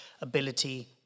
ability